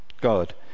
God